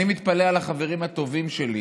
אני מתפלא על החברים הטובים שלי,